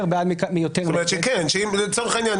לצורך העניין,